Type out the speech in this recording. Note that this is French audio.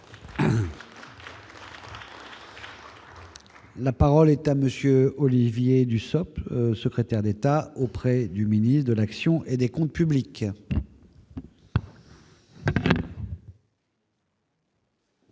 La parole est à monsieur Olivier Dussopt, secrétaire d'État auprès du ministre de l'action et des Comptes publics.